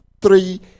three